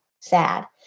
sad